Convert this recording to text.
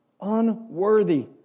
Unworthy